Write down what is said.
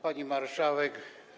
Pani Marszałek!